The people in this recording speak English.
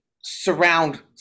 surround